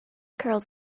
curls